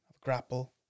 grapple